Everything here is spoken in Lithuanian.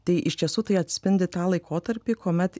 tai iš tiesų tai atspindi tą laikotarpį kuomet